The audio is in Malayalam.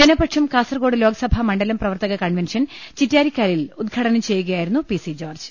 ജനപക്ഷം കാസർകോട് ലോക്സഭാ മണ്ഡലം പ്രവർത്തക കൺവൻഷൻ ചിറ്റാരിക്കാലിൽ ഉദ്ഘാടനം ചെയ്യുകയാ യിരുന്നു പി സി ജോർജ്